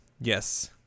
Yes